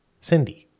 Cindy